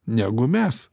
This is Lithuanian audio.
negu mes